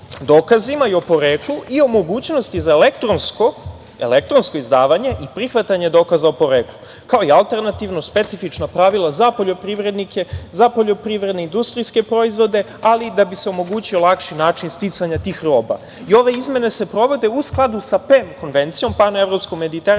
dokazima i o poreklu i o mogućnostima za elektronsko izdavanje i prihvatanje dokaza o poreklu, kao i alternativno specifična pravila za poljoprivrednike, za poljoprivredno-industrijske proizvode, ali i da bi se omogućio lakši način sticanja tih roba. Ove izmene se provode u skladu sa PEM Konvencijom, Pan-Evrpsko-Mediteranskom